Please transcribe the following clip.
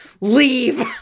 leave